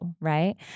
right